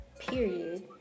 Period